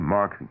Mark